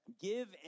Give